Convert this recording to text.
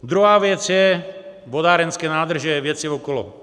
Druhá věc je vodárenské nádrže, věci okolo.